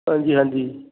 ਹਾਂਜੀ ਹਾਂਜੀ